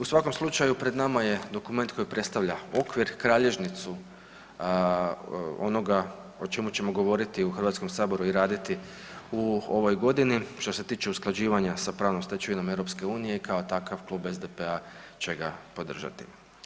U svakom slučaju pred nama je dokument koji predstavlja okvir, kralježnicu onoga o čemu ćemo govoriti u Hrvatskom saboru i raditi u ovoj godini što se tiče usklađivanja sa pravnom stečevinom EU i kao takav Klub SDP-a će ga podržati.